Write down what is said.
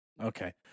Okay